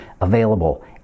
available